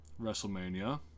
Wrestlemania